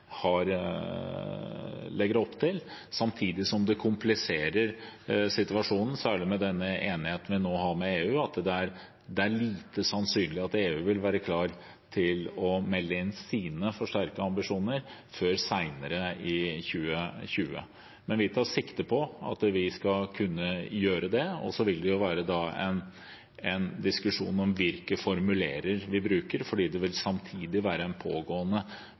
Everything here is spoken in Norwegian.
med EU – det er lite sannsynlig at EU vil være klar til å melde inn sine forsterkede ambisjoner før senere i 2020. Men vi tar sikte på at vi skal kunne gjøre det, og så vil det være en diskusjon om hvilke formuleringer vi bruker, fordi det samtidig vil være en pågående